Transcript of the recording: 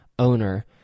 owner